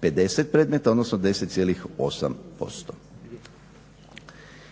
50 predmeta, odnosno 10,8%.